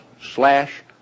slash